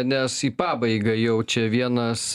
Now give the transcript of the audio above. nes į pabaigą jau čia vienas